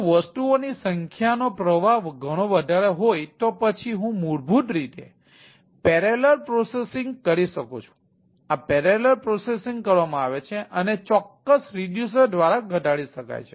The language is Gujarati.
જો વસ્તુઓની સંખ્યાનો પ્રવાહ ઘણો વધારે હોય તો પછી હું મૂળભૂત રીતે પેરેલલ પ્રોસેસીંગ કરી શકું છું આ પેરેલલ પ્રોસેસીંગ કરવામાં આવે છે અને ચોક્કસ રિડયુસર દ્વારા ઘટાડી શકાય છે